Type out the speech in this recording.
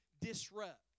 disrupt